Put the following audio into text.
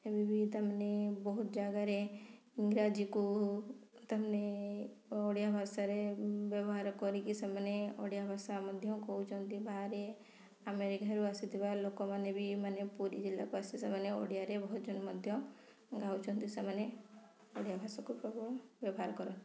ଏବେ ବି ତା'ମାନେ ବହୁତ ଜାଗାରେ ଇଂରାଜୀକୁ ତା'ମାନେ ଓଡ଼ିଆ ଭାଷାରେ ବ୍ୟବହାର କରିକି ସେମାନେ ଓଡ଼ିଆ ଭାଷା ମଧ୍ୟ କହୁଛନ୍ତି ବାହାରେ ଆମେରିକାରୁ ଆସୁଥିବା ଲୋକମାନେ ବି ମାନେ ପୁରୀ ଜିଲ୍ଲାକୁ ଆସି ସେମାନେ ଓଡ଼ିଆରେ ଭଜନ ମଧ୍ୟ ଗାଉଛନ୍ତି ସେମାନେ ଓଡ଼ିଆ ଭାଷାକୁ ପ୍ରବଳ ବ୍ୟବହାର କରନ୍ତି